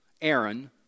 Aaron